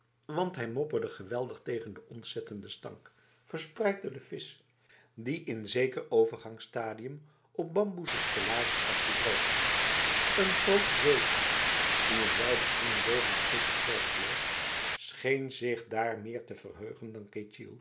want hij mopperde geweldig tegen de ontzettende stank verspreid door de vis die in een zeker overgangsstadium op bamboezen stellages lag te drogen n grote zeearend die in wijde kringen boven t vissersdorp vloog scheen zich daar meer te verheugen dan